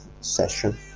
session